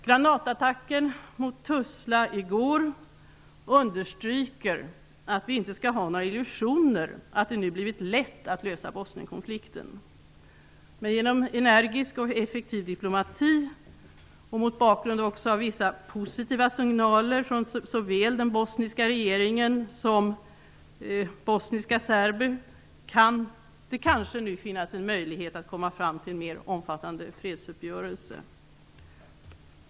Granatattacken mot Tuzla i går understryker att vi inte skall ha några illusioner att det nu har blivit lätt att lösa Bosnienkonflikten. Men genom energisk och effektiv diplomati -- och mot bakgrund av vissa positiva signaler från såväl den bosniska regeringen som bosniska serber -- kan det nu kanske finnas en möjlighet att komma fram till en mer omfattande fredsuppgörelse.